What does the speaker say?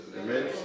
Amen